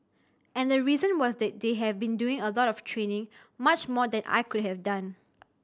and the reason was they they had been doing a lot of training much more than I could have done